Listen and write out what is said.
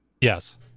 Yes